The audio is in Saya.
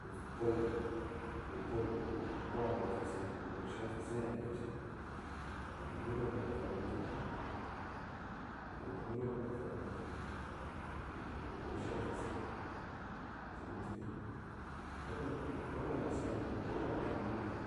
wo pol wo pol mən ɓwagən sosai wom ngai sosai wo pol shi ngai sosai yan myafi cik wutu məri wopən ta fara ludkən dangnən ta wutu məri wopən ta fara ludkən sabotəni polghən wasəŋ yan nə polghən wom yan nə lughən yatl